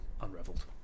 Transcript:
unraveled